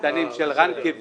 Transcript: אבל מבחינה מקצועית